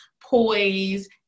poise